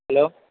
hello